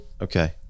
okay